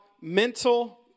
mental